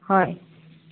হয়